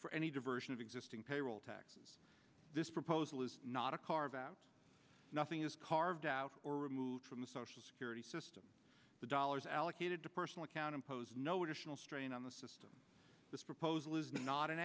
for any diversion of existing payroll taxes this proposal is not a carve out nothing is carved out or removed from the social security system the dollars allocated to personal account impose no additional strain on the system this proposal is not an